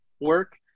work